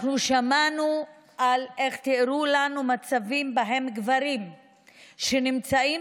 אנחנו שמענו ותיארו לנו מצבים שבהם גברים שנמצאים